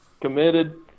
committed